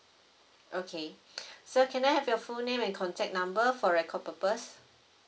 okay so can I have your full name and contact number for record purpose